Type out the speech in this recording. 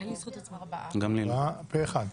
הצבעה אושר אושר פה אחד.